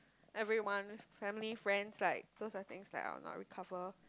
I really want family friends like those are things that I'll not recover